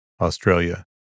Australia